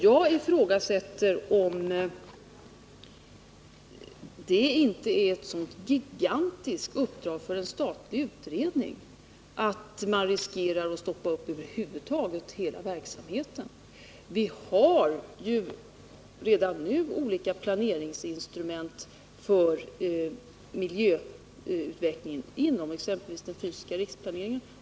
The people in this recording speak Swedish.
Jag ifrågasätter om det inte är ett så gigantiskt uppdrag för en statlig utredning att man riskerar att stoppa upp hela verksamheten. Vi har ju redan nu olika planeringsinstrument för miljöutvecklingen inom exempelvis den fysiska riksplaneringen.